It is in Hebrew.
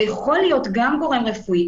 זה יכול להיות גם גורם רפואי,